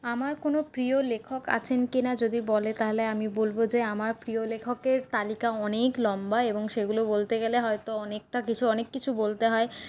আমার কোন প্রিয় লেখক আছেন কিনা যদি বলে তাহলে আমি বলবো যে আমার প্রিয় লেখকের তালিকা অনেক লম্বা এবং সেগুলো বলতে গেলে হয়তো অনেকটা কিছু অনেক কিছু বলতে হয়